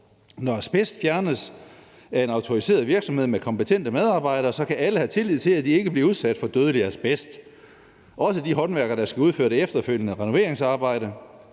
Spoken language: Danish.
Når asbest fjernes af en autoriseret virksomhed med kompetente medarbejdere, så kan alle have tillid til, at de ikke bliver udsat for dødelig asbest. Også de håndværkere der skal udføre det efterfølgende renoveringsarbejde.